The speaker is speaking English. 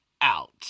out